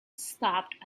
stopped